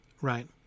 right